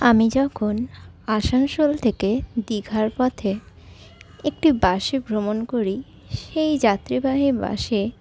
আমি যখন আসানসোল থেকে দীঘার পথে একটি বাসে ভ্রমণ করি সেই যাত্রীবাহী বাসে